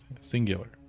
singular